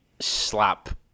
slap